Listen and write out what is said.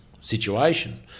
situation